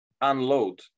unload